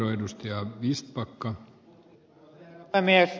arvoisa herra puhemies